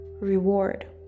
reward